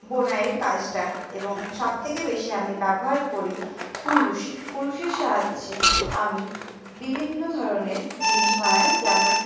বোনাইয়ের কাজটা এবং সবথেকে বেশি আমি ব্যবহার করি কুরুশ কুরুশের সাহায্যে আমি বিভিন্ন ধরনের জিনিস বানাই যেমন